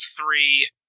three